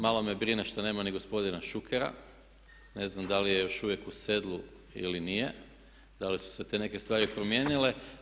Malo me brine što nema ni gospodina Šukera, ne znam da li je još uvijek u sedlu ili nije, da li su se te neke stvari promijenile.